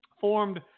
formed